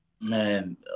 Man